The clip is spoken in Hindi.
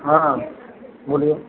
हाँ बोलिए